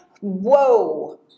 Whoa